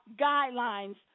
guidelines